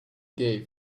gave